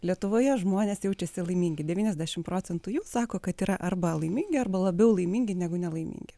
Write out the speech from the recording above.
lietuvoje žmonės jaučiasi laimingi devyniasdešim procentų jų sako kad yra arba laimingi labiau laimingi negu nelaimingi